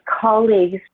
colleagues